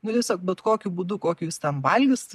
nu tiesiog bet kokiu būdu kokiu jis ten valgys